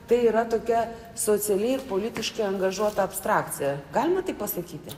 tai yra tokia socialiai ir politiškai angažuota abstrakcija galima taip pasakyti